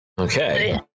Okay